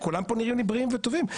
כולם פה נראים לי בריאים וטובים.